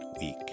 week